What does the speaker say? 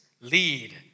lead